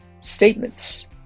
statements